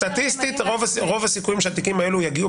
רוב הסיכויים הם שהתיקים האלה יגיעו,